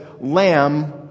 Lamb